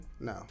No